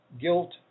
guilt